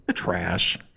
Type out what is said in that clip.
Trash